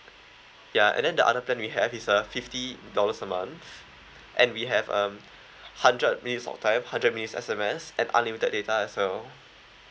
ya and then the other plan we have is uh fifty dollars a month and we have um hundred minutes of time hundred minutes S_M_S and unlimited data as well